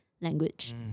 language